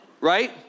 Right